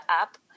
up